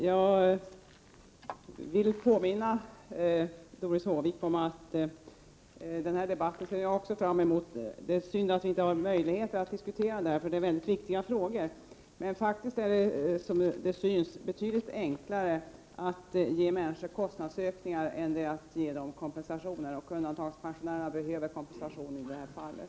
Fru talman! Jag ser också, Doris Håvik, fram mot den debatten. Det är synd att vi inte får möjlighet att diskutera dessa frågor nu, för det är väldigt viktiga frågor. Faktiskt är det betydligt enklare att ge människor kostnadsökningar än att ge dem kompensation. Undantagandepensionärerna behöver kompensation i det här fallet.